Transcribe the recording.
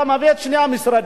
אתה מביא את שני המשרדים,